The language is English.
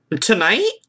tonight